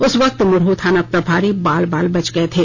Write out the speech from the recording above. उस वक्त मुरहु थाना प्रभारी बाल बाल बच गए थे